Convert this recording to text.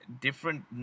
different